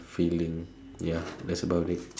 filling ya that's about it